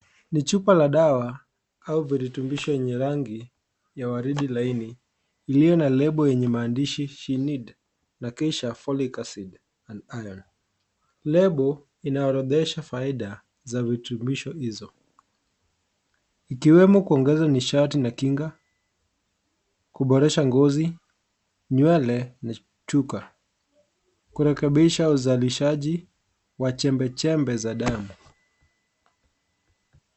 Ni chupa la dawa au virutubishi yenye rangi ya waridi laini iliyo na lebo yenye maandishi "FNID" na kisha Folic acid and Iron . Lebo inaorodhesha faida za virutubishi hizo ikiwemo kuongeza nishati na kinga, kuboresha ngozi , nywele na chuka. Kuna kabei za uzalishaji wa chembechembe za dawa.